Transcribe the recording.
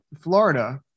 Florida